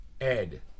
Ed